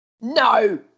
No